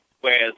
whereas